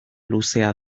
luzea